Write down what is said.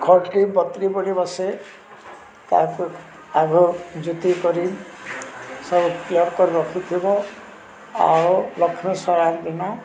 ବସେ ତାକୁ ଆଗ ଜ୍ୟୋତି କରି ସବୁ କରି ରଖିଥିବ ଆଉ ଲକ୍ଷ୍ମୀ ସ୍ନାନ୍ ଦିନ